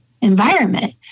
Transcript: environment